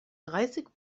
dreißig